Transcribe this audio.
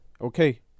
Okay